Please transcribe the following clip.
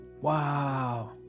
wow